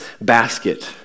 basket